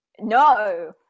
No